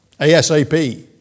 ASAP